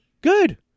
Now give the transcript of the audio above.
good